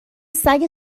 سگه